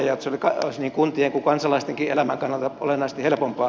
se olisi niin kuntien kuin kansalaistenkin elämän kannalta olennaisesti helpompaa